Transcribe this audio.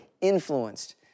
influenced